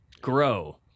grow